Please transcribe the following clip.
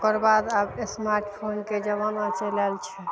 ओकर बाद आब स्मार्ट फोनके जमाना चलि आयल छै